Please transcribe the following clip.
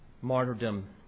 martyrdom